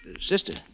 Sister